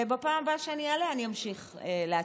בפעם הבאה שאני אעלה אני אמשיך להציג.